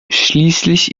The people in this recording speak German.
schließlich